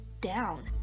down